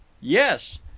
Yes